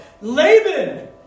Laban